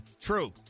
True